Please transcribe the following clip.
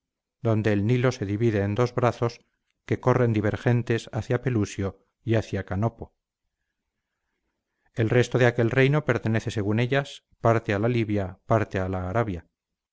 donde el nilo se divide en dos brazos que corren divergentes hacia pelusio y hacia canopo el resto de aquel reino pertenece según ellas parte a la libia parte a la arabia